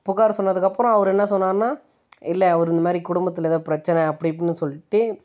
புகார் சொன்னதுக்கப்புறம் அவரு என்ன சொன்னாருன்னா இல்லை ஒரு இந்த மாதிரி குடும்பத்தில் ஏதோ பிரச்சனை அப்படி இப்புடின்னு சொல்லிட்டு